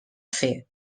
fer